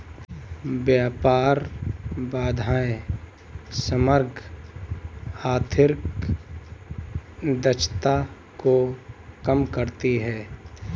व्यापार बाधाएं समग्र आर्थिक दक्षता को कम करती हैं